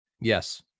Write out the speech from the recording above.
Yes